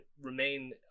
remain